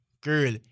girl